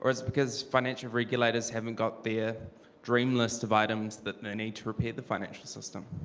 or is it because financial regulators haven't got their dream list of items that they need to repeat the financial system?